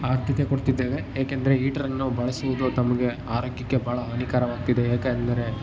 ಆದ್ಯತೆ ಕೊಡ್ತಿದ್ದೇವೆ ಏಕೆಂದರೆ ಈಟ್ರ್ನ್ನ ನಾವು ಬಳಸುವುದು ತಮಗೆ ಆರೋಗ್ಯಕ್ಕೆ ಭಾಳ ಹಾನಿಕರವಾಗ್ತಿದೆ ಏಕೆ ಅಂದರೆ